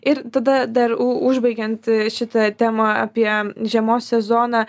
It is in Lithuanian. ir tada dar u užbaigiant šitą temą apie žiemos sezoną